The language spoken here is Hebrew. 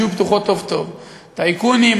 שיהיו פתוחות טוב-טוב: טייקונים,